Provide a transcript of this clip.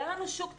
היה לנו שוק תוסס,